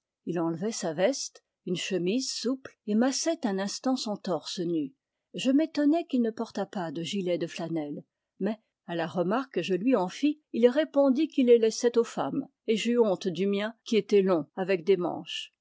il enlevait sa veste une chemise souple et massait un instant son torse nij je m'étonnai qu'il ne portât pas de gilet de flanelle mais à la remarque que je lui en fis il répondit qu'il les laissait aux femmes et j'eus honte du mien qui était long avec des manches